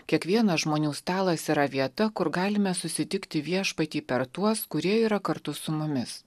kiekvienas žmonių stalas yra vieta kur galime susitikti viešpatį per tuos kurie yra kartu su mumis